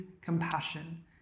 compassion